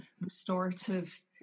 restorative